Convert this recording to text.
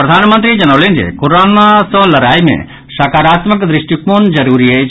प्रधानमंत्री जनौलनि जे कोरोना सॅ लड़ाई मे सकारात्मक दृष्टिकोण जरूरी अछि